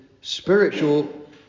spiritual